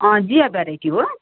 जिया variety हो